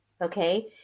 Okay